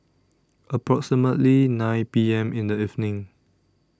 approximately nine P M in The evening